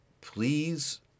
please